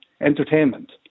Entertainment